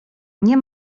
nie